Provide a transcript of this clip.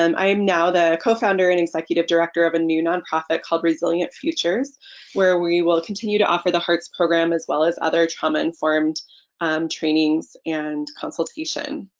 um i'm now the co-founder and executive director of a new nonprofit called resilient futures where we will continue to offer the hearts program as well as other trauma-informed trainings and consultation.